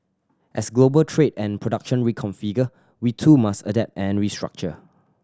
as global trade and production reconfigure we too must adapt and restructure